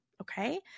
Okay